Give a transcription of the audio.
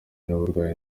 n’uburwayi